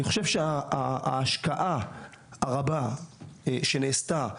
ההשקעה הרבה שנעשתה במודיעין,